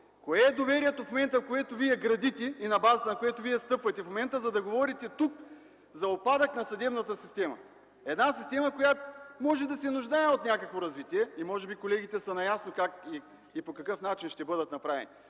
Кое е доверието, което Вие градите в момента, и на базата на което Вие стъпвате в момента, за да говорите тук за упадък на съдебната система – една система, която може да се нуждае от някакво развитие и може би колегите са наясно как и по какъв начин ще бъдат направени?!